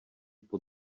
pod